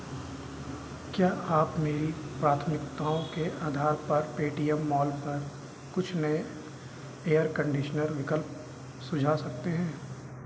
क्या आप मेरी प्राथमिकताओं के आधार पर पेटीएम मॉल पर कुछ नए एयर कंडीशनर विकल्प सुझा सकते हैं